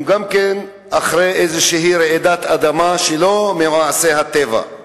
הם גם אחרי איזושהי רעידת אדמה שלא ממעשה הטבע.